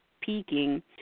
peaking